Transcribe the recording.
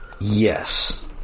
Yes